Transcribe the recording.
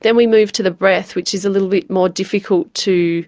then we move to the breath, which is a little bit more difficult to